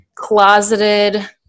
closeted